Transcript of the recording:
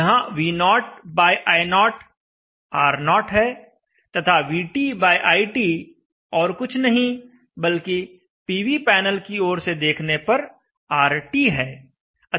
यहाँ V0I0 R0 है तथा VTIT और कुछ नहीं बल्कि पीवी पैनल की ओर से देखने पर RT है